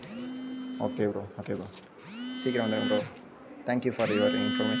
okay bro okay bro சீக்கிரம் வந்துருங்க bro thank you for your information